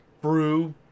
brew